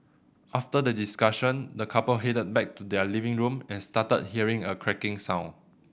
after the discussion the couple headed back to their living room and started hearing a cracking sound